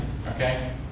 okay